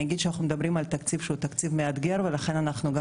אני אגיד שאנחנו מדברים על תקציב שהוא תקציב מאתגר ולכן אנחנו גם